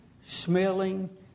smelling